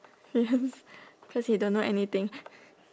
yes cause you don't know anything